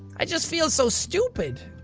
i just feel so stupid.